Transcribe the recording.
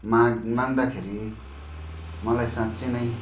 माग् माग्दाखेरि मलाई साँच्चै नै